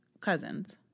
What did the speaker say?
cousins